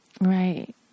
Right